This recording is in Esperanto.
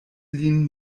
lin